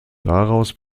daraus